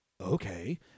Okay